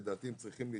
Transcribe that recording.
לדעתי הן צריכות להתחלף.